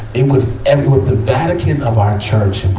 it was ev, it was the vatican of our church.